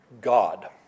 God